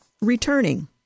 returning